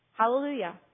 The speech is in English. Hallelujah